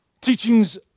teachings